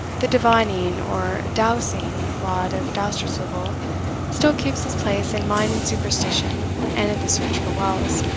the divining or dowsing, rod of dousterswivel still keeps its place in mining superstition and in the search for wells.